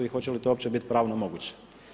I hoće li to uopće biti pravno moguće?